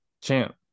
champ